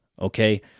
okay